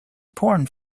porn